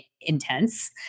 intense